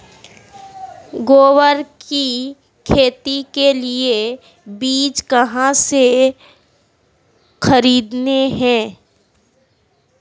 ग्वार की खेती के लिए बीज कहाँ से खरीदने हैं?